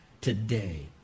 today